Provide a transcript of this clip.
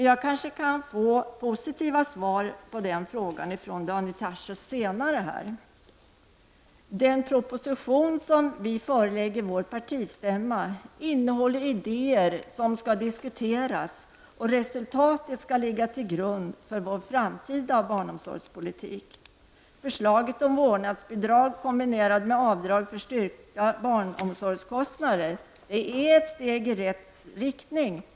Jag kanske kan få positiva svar på den frågan från Daniel Den proposition som vi förelägger vår partistämma innehåller idéer som skall diskuteras. Resultatet skall ligga till grund för vår framtida barnomsorgspolitik. Förslaget om vårdnadsbidrag, kombinerat med avdrag för styrkta barnomsorgskostnader, är ett steg i rätt riktning.